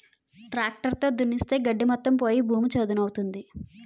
tractor తో దున్నిస్తే గడ్డి మొత్తం పోయి భూమి చదును అవుతుంది